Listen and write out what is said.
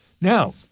Now